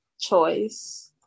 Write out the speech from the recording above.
choice